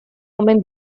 omen